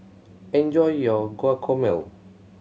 enjoy your Guacamole